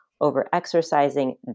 over-exercising